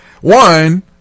One